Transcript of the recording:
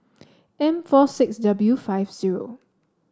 M four six W five zero